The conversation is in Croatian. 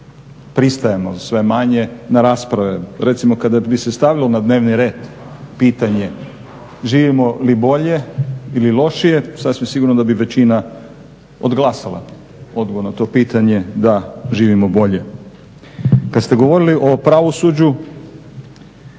pristajemo, sve manje na rasprodaju. Recimo kada bi se stavilo na dnevni red pitanje živimo li bolje ili lošije, sasvim sigurno da bi većina odglasala odgovor na to pitanje da živimo bolje. Kad ste govorili o pravosuđu,